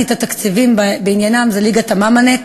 את התקציבים בעניינה זו ליגת ה"מאמאנט"